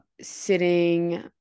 sitting